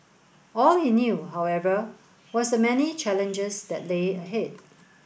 all he knew however was the many challenges that lay ahead